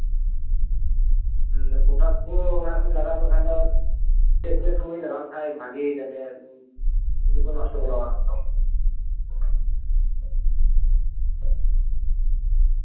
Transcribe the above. potash ᱠᱚ ᱚᱱᱟ ᱠᱚ ᱞᱟᱜᱟᱣ ᱞᱮᱠᱷᱟᱱ ᱫᱚ ᱪᱮᱫᱼᱪᱮᱫ ᱥᱚᱢᱚᱭ ᱞᱟᱜᱟᱣ ᱞᱮᱠᱷᱟᱱ ᱵᱷᱟᱜᱮ ᱡᱟᱛᱮ ᱞᱟᱥᱴᱤᱝ ᱚᱜᱼᱟ